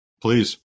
Please